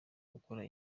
gukora